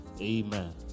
amen